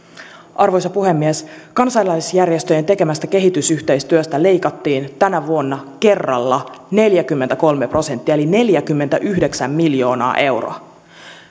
arvoisa puhemies kansalaisjärjestöjen tekemästä kehitysyhteistyöstä leikattiin tänä vuonna kerralla neljäkymmentäkolme prosenttia eli neljäkymmentäyhdeksän miljoonaa euroa